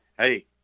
Hey